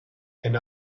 and